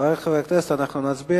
חברי הכנסת, אנחנו נצביע.